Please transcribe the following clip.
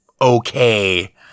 okay